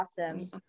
awesome